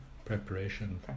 preparation